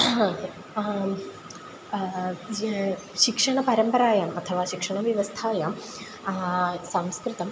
आं शिक्षणपरम्परायाम् अथवा शिक्षणव्यवस्थायां संस्कृतम्